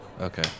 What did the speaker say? Okay